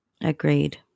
Agreed